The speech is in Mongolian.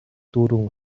дүүрэн